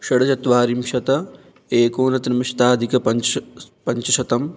शड्चत्वारिंशत् एकोनत्रिंशतधिक पञ्च्स् स् पञ्चशतं